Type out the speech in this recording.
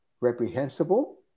reprehensible